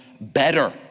better